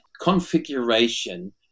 configuration